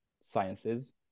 sciences